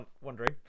wondering